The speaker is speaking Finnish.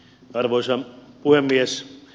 arvoisa puhemies